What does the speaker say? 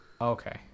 Okay